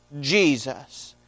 Jesus